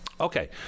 Okay